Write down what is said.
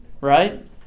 right